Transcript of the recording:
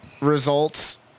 results